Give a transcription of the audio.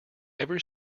every